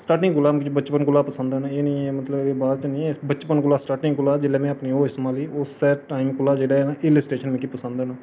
starting कोला बचपन कोला पसंद न एह् मतलब बाद च नेईं मतलब बचपन कोला स्टार्टिंग कोला जिसलै में अपनी होश संभाली उस्सै टाईम कोला जेह्ड़ा ऐ हिल स्टेशन मिगी पसंद न